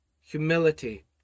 humility